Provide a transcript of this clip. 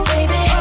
Baby